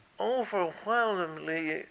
overwhelmingly